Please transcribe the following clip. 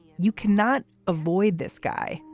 you cannot avoid this guy.